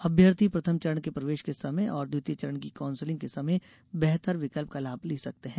अभ्यर्थी प्रथम चरण के प्रवेश के समय और द्वितीय चरण की काउंसलिंग के समय बेहतर विकल्प का लाभ ले सकते हैं